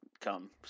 come